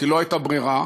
כי לא הייתה ברירה.